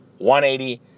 180